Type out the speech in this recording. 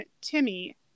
timmy